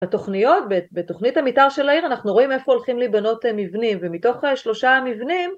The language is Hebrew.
התוכניות בתוכנית המתאר של העיר אנחנו רואים איפה הולכים להיבנות מבנים ומתוך שלושה המבנים